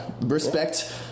Respect